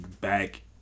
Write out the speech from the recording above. back